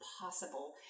possible